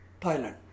Thailand